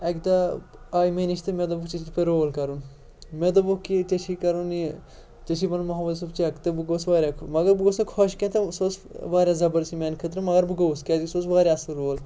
اَکہِ دۄہ آے مےٚ نِش تہٕ مےٚ دوٚپُکھ ژےٚ چھی یِتھ پٲٹھۍ رول کَرُن مےٚ دوٚپُکھ کہِ ژےٚ چھی کَرُن یہِ ژےٚ چھی بَنُن ہُہ یوٗسُف چک تہٕ بہٕ گوس واریاہ خۄ مگر بہٕ گوس نہٕ خۄش کینٛہہ تہٕ سُہ ٲس واریاہ زبردَس یہِ میٛانہِ خٲطرٕ مگر بہٕ گوٚوُس کیٛازِکہِ سُہ اوس واریاہ اَصٕل رول